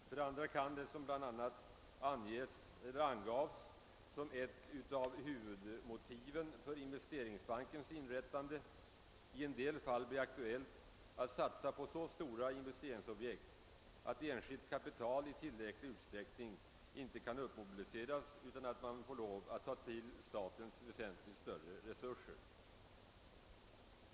För det andra kan det, något som angavs som ett av huvudmotiven för Investeringsbankens inrättande, i en del fall bli aktuellt att satsa på så stora investeringsobjekt att enskilt kapital i tillräcklig utsträckning inte kan uppmobiliseras utan det blir nödvändigt att ta till statens väsentligt större resurser.